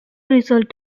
result